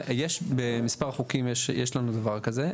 במספר חוקים יש לנו כבר כזה,